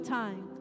time